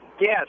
Yes